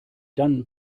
dann